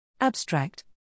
Abstract